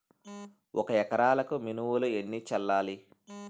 ఒక ఎకరాలకు మినువులు ఎన్ని చల్లాలి?